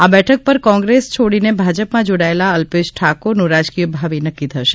આ બેઠક પર કોંગ્રેસ છોડીને ભાજપમાં જોડાયેલા અલ્પેશ ઠાકોરનું રાજકીય ભાવિ નક્કી થશે